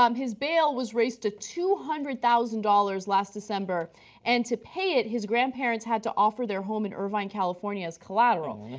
um his bail was raised to two hundred thousand dollars last december and to pay his grandparents had to offer their home in irvine california as collateral.